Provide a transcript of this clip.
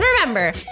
remember